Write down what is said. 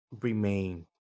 remain